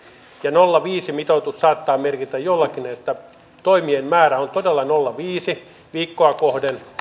nolla pilkku viiden mitoitus saattaa merkitä jollakin että toimien määrä on todella nolla pilkku viisi viikkoa kohden